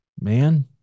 man